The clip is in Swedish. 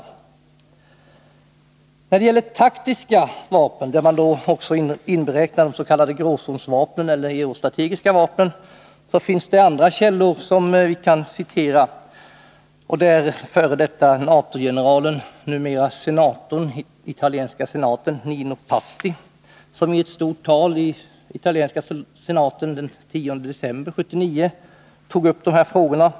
Beträffande taktiska vapen, där man också inräknar de s.k. gråzonsvapnen eller de eurostrategiska vapnen, finns andra källor som vi kan citera. Det är en f. d. NATO-general, numera senator i italienska senaten, Nino Pasti, som i ett stort tal i den italienska senaten den 10 december 1979 tog upp de här frågorna.